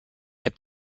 est